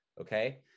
Okay